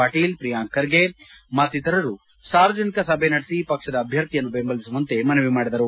ಪಾಟೀಲ್ ಪ್ರಿಯಾಂಕ ಖರ್ಗೆ ಮತ್ತಿತರರು ಸಾರ್ವಜನಿಕ ಸಭೆ ನಡೆಸಿ ಪಕ್ಷದ ಅಭ್ಯರ್ಥಿಯನ್ನು ಬೆಂಬಲಿಸುವಂತೆ ಮನವಿ ಮಾಡಿದರು